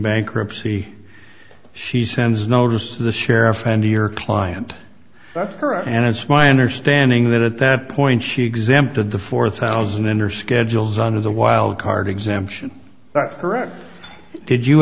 bankruptcy she sends notice to the sheriff and to your client that's correct and it's my understanding that at that point she exempted the four thousand in her schedules under the wild card exemption but correct did you